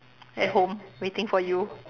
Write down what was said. at home waiting for you